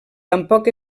tampoc